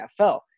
NFL